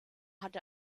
hatte